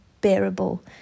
bearable